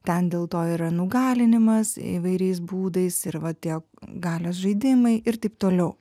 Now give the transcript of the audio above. ten dėlto yra nugalinimas įvairiais būdais ir va tie galios žaidimai ir taip toliau